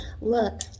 look